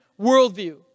worldview